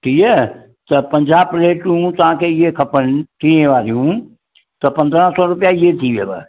टीह त पंजाहु प्लेटूं तव्हांखे इअं खपनि टीह वारियूं त पंद्रहं सौ रुपया इहे थी वियुव